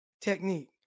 technique